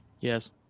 yes